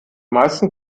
meisten